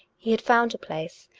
he had found a place,